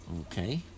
Okay